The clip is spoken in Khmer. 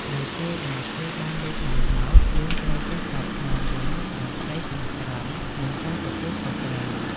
នៅពេលដែលគេបានលូកដៃមក យើងត្រូវចេះតបស្នងវិញដោយក្តីស្មោះត្រង់ និងការទទួលខុសត្រូវ។